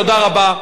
תודה רבה.